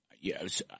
Yes